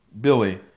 Billy